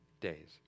days